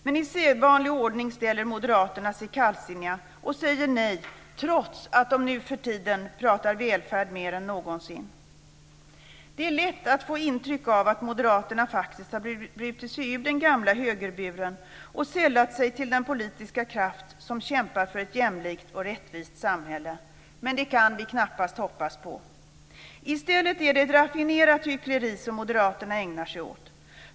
Men i sedvanlig ordning ställer Moderaterna sig kallsinniga och säger nej, trots att de nuförtiden talar välfärd mer än någonsin. Det är lätt att få intryck av att Moderaterna faktiskt har brutit sig ut ur den gamla högerburen och sällat sig till den politiska kraft som kämpar för ett jämlikt och rättvist samhälle. Men det kan vi knappast hoppas på. I stället är det ett raffinerat hyckleri som Moderaterna ägnar sig åt.